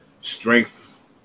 strength